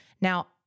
Now